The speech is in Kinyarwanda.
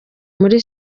kuri